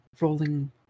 rolling